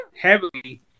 heavily